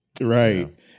right